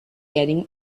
getting